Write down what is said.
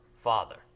Father